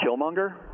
Killmonger